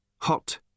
Hot